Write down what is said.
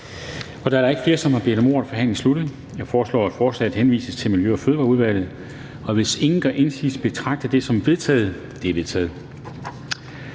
Da der ikke er flere, som har bedt om ordet, er forhandlingen sluttet. Jeg foreslår, at beslutningsforslaget henvises til Miljø- og Fødevareudvalget. Hvis ingen gør indsigelse, betragter jeg dette som vedtaget. Det er vedtaget.